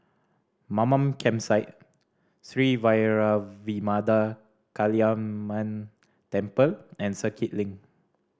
Mamam Campsite Sri Vairavimada Kaliamman Temple and Circuit Link